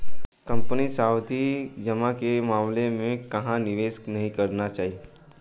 Company सावधि जमा के मामले में कहाँ निवेश नहीं करना है?